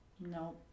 No